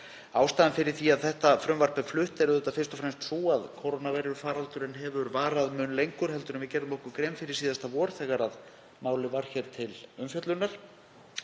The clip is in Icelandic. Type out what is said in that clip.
Ástæðan fyrir því að frumvarpið er flutt er auðvitað fyrst og fremst sú að kórónuveirufaraldurinn hefur varað mun lengur en við gerðum okkur grein fyrir síðasta vor þegar málið var hér til umfjöllunar.